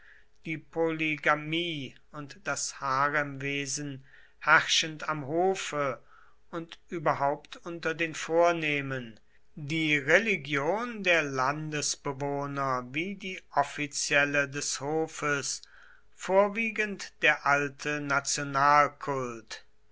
die polygamie und das haremwesen herrschend am hofe und überhaupt unter den vornehmen die religion der landesbewohner wie die offizielle des hofes vorwiegend der alte